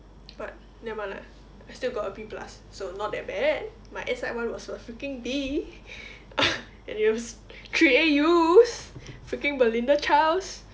but nevermind lah I still got a B plus so not that bad my was a freaking B and it was three A_Us freaking belinda charles